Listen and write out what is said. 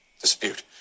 dispute